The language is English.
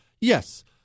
Yes